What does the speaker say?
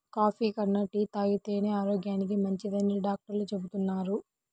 coffee కన్నా tea తాగితేనే ఆరోగ్యానికి మంచిదని డాక్టర్లు చెబుతున్నారు